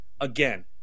again